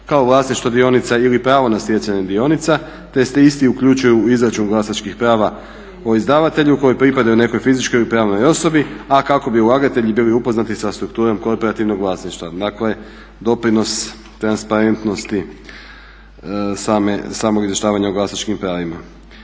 kao vlasništvo dionica ili pravo na stjecanje dionica te se isti uključuju u izračun glasačkih prava o izdavatelju koji pripadaju nekoj fizičkoj ili pravnoj osobi, a kako bi ulagatelji bili upoznati sa strukturom korporativnog vlasništva. Dakle, doprinos transparentnosti samog izvještavanja o glasačkim pravima.